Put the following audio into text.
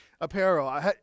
apparel